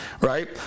right